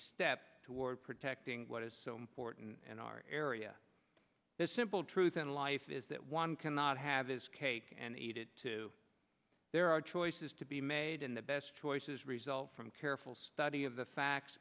step toward protecting what is so important in our area the simple truth in life is that one cannot have his cake and eat it too there are choices to be made in the best choices result from careful study of the facts